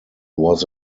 was